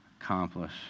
accomplish